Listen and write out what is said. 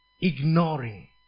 ignoring